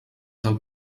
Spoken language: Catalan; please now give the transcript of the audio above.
del